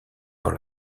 dans